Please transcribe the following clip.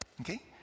okay